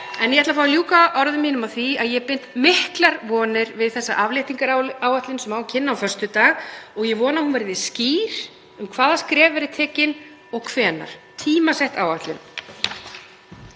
En ég ætla að fá að ljúka orðum mínum á því að ég bind miklar vonir við þá afléttingaráætlun sem á að kynna á föstudag. Ég vona að hún verði skýr um hvaða skref verði stigin og hvenær, að það